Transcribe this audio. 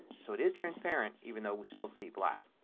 so it is transparent even though we still see black.